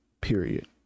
Period